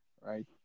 right